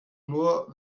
nur